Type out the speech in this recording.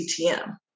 CTM